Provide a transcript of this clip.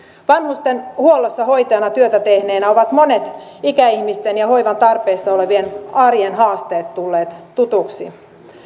vanhustenhuollossa hoitajana työtä tehneenä ovat monet ikäihmisten ja hoivan tarpeessa olevien arjen haasteet tulleet tutuiksi